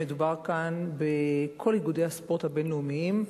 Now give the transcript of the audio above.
מדובר כאן בכל איגודי הספורט הבין-לאומיים,